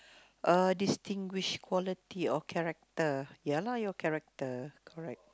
uh distinguish quality or character ya lah your character correct